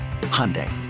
Hyundai